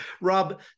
Rob